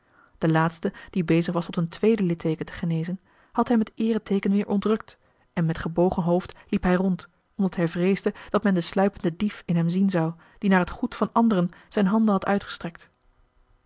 de laatste die bezig was tot een tweede lidteeken te genezen had hem het eereteeken weer ontrukt en met gebogen hoofd liep hij rond omdat hij vreesde dat men den sluipenden dief in hem zien zou die naar het goed van anderen zijn handen had uitgestrekt